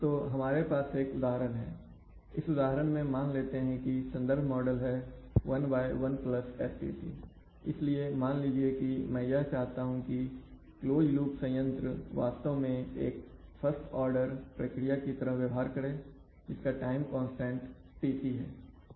तो हमारे पास एक उदाहरण है इस उदाहरण में मान लेते हैं संदर्भ मॉडल है 11STc इसलिए मान लीजिए कि मैं यह चाहता हूं कि क्लोज लूप संयंत्र वास्तव में एक फर्स्ट ऑर्डर प्रक्रिया की तरह व्यवहार करें जिसका टाइम कांस्टेंट Tc है